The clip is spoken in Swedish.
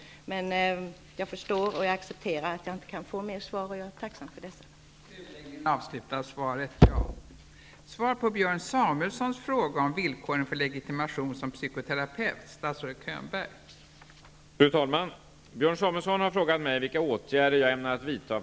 Jag förstår dock och jag accepterar att jag inte kan få utförligare svar. Jag är tacksam för de svar som jag har fått.